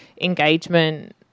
engagement